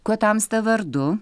kuo tamsta vardu